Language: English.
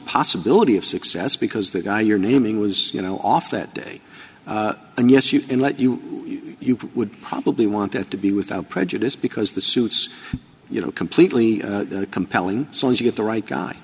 possibility of success because the guy you're naming was you know off that day and yes you can let you know you would probably want it to be without prejudice because the suits you know completely compelling so as to get the right guy